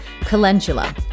Calendula